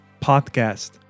podcast